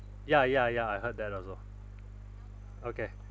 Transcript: ya ya ya I heard that also okay